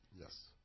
Yes